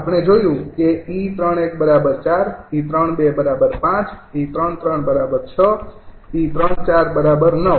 આપણે જોયું છે કે 𝑒૩૧૪ 𝑒૩૨૫ 𝑒૩૩૬ 𝑒૩૪૯